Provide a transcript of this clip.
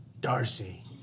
Darcy